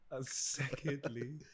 secondly